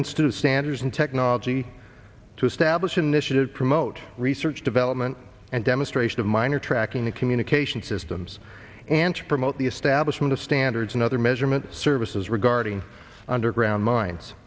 institute of standards and technology to establish initiative promote research development and demonstration of minor tracking and communication systems and to promote the establishment of standards and other measurement services regarding underground min